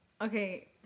Okay